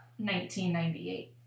1998